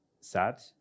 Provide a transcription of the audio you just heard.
sad